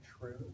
true